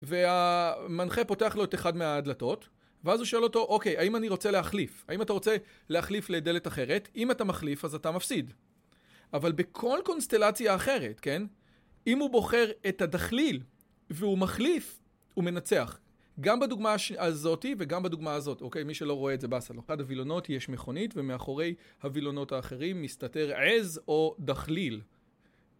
והמנחה פותח לו את אחד מההדלתות ואז הוא שואל אותו, אוקיי, האם אני רוצה להחליף? האם אתה רוצה להחליף לדלת אחרת? אם אתה מחליף, אז אתה מפסיד אבל בכל קונסטלציה אחרת, כן? אם הוא בוחר את הדחליל והוא מחליף, הוא מנצח. גם בדוגמה הזאתי וגם בדוגמה הזאת אוקיי, מי שלא רואה את זה באסה לו, באחד הווילונות יש מכונית ומאחורי הווילונות האחרים מסתתר עז או דחליל